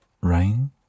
rain